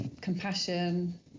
compassion